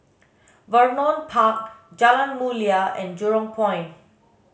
Vernon Park Jalan Mulia and Jurong Point